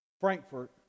Frankfurt